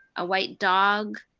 a white dog,